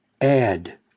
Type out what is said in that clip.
add